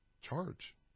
charge